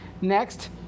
Next